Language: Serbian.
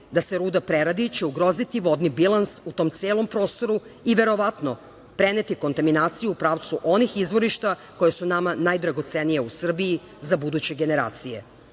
da se ruda preradi, će ugroziti vodni bilans u tom celom prostoru i verovatno preneti kontaminaciju u pravcu onih izvorišta koja su nama najdragocenija u Srbiji za buduće generacije. Prema